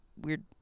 weird